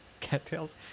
Cattails